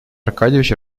аркадьич